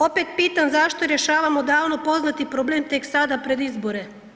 Opet pitam, zašto rješavamo davno poznati problem tek sada pred izbore?